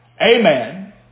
Amen